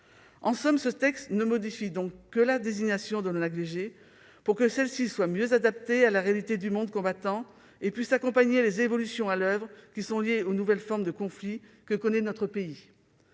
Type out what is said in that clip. En somme, ce texte ne modifie donc que la désignation de l'ONACVG, pour que celle-ci soit mieux adaptée à la réalité du monde combattant et puisse accompagner les évolutions à l'oeuvre, qui sont liées aux nouvelles formes de conflit que connaît notre pays.